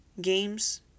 games